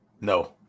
No